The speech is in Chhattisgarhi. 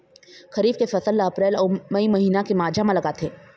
खरीफ के फसल ला अप्रैल अऊ मई महीना के माझा म लगाथे